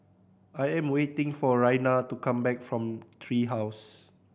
I am waiting for Raina to come back from Tree House